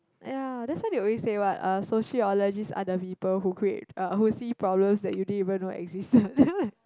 ya that's why they always say what uh sociologist are the people who create uh who see problems that you don't even know existed